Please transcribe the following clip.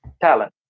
talent